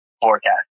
Forecast